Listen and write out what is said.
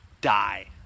die